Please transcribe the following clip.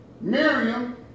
Miriam